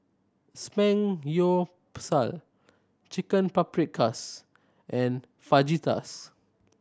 Samgyeopsal Chicken Paprikas and Fajitas